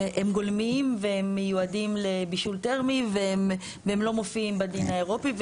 גולמיים והם מיועדים לבישול תרמי והם לא מופיעים בדין האירופי.